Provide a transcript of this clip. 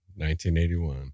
1981